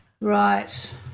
Right